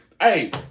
Hey